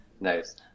Nice